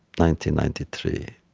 ninety ninety three,